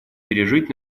пережить